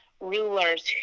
rulers